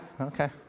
okay